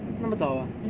那么早啊